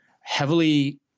heavily